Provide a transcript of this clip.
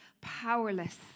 powerless